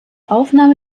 aufnahme